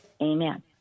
Amen